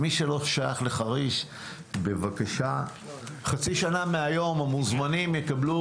בעוד חצי שנה המוזמנים שהיו כאן היום יקבלו